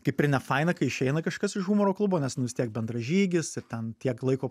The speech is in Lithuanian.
kaip ir nefaina kai išeina kažkas iš humoro klubo nes nu vis tiek bendražygis ir ten tiek laiko